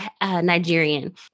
Nigerian